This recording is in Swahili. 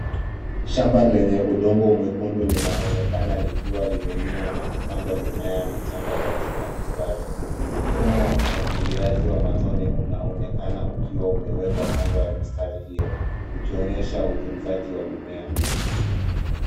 Shamba lenye udingio mwekundu linaonekana likiwa limelimwa na kupandwa mimea katika mistari. Mfumo wa umwagiliaji wa matone unaonekana ukiwa umewekwa kando ya mistari hiyo ukionyesha utunzaji wa mimea